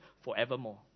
forevermore